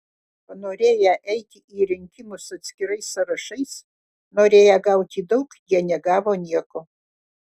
panorėję eiti į rinkimus atskirais sąrašais norėję gauti daug jie negavo nieko